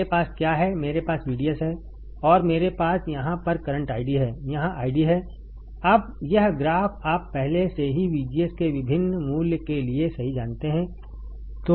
मेरे पास क्या है मेरे पास VDS है और मेरे पास यहाँ पर करंट ID है यहाँ ID है अब यह ग्राफ़ आप पहले से ही VGS के विभिन्न मूल्य के लिए सही जानते हैं